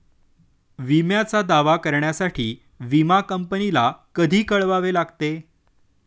विम्याचा दावा करण्यासाठी विमा कंपनीला कधी कळवावे लागते?